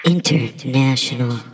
International